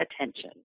attention